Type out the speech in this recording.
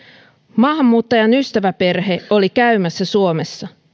maahanmuuttajan ystäväperhe oli käymässä suomessa